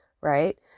right